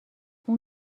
اول